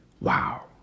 wow